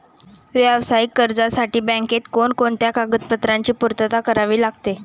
व्यावसायिक कर्जासाठी बँकेत कोणकोणत्या कागदपत्रांची पूर्तता करावी लागते?